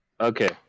Okay